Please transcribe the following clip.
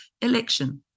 election